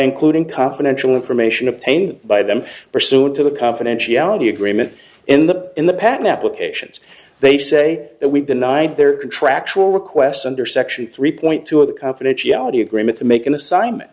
including confidential information obtained by them pursuant to the confidentiality agreement in the in the patent applications they say that we've denied their contractual requests under section three point two of the confidentiality agreement to make an assignment